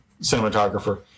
cinematographer